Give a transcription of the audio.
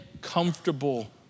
comfortable